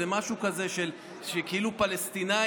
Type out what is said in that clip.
איזה משהו כזה שכאילו פלסטינים,